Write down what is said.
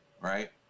right